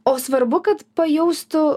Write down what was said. o svarbu kad pajaustų